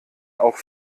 auch